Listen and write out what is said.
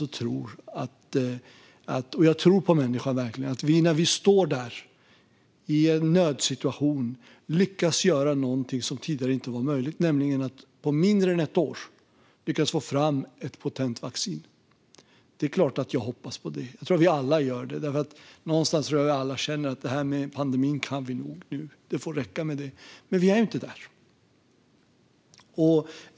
Jag tror verkligen på människan och på att vi, när vi står där i en nödsituation, lyckas göra något som tidigare inte var möjligt: att på mindre än ett år få fram ett potent vaccin. Det är klart att jag hoppas på det. Det tror jag att vi alla gör. Någonstans tror jag att vi alla känner att vi nog kan det här med pandemin nu; det får räcka. Men vi är inte där.